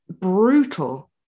brutal